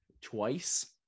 Twice